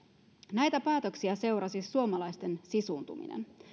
näitä päätöksiä seurasi suomalaisten sisuuntuminen